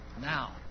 Now